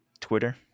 twitter